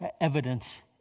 evidence